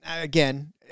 again